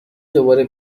دوباره